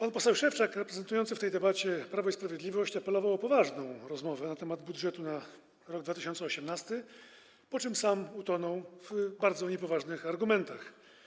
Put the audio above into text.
Pan poseł Szewczak reprezentujący w tej debacie Prawo i Sprawiedliwość apelował o poważną rozmowę na temat budżetu na rok 2018, po czym sam utonął w bardzo niepoważnych argumentach.